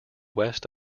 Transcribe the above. west